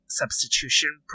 substitution